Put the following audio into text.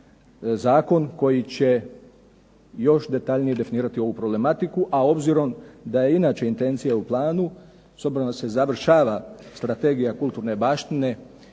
zakon koji će još detaljnije definirati ovu problematiku, a obzirom da je inače intencija u planu, s obzirom da se završava strategija kulturne baštine,